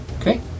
Okay